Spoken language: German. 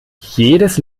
jedes